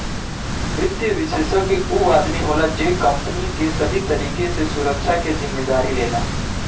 वित्तीय विषेशज्ञ ऊ आदमी होला जे कंपनी के सबे तरीके से सुरक्षा के जिम्मेदारी लेला